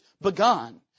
begun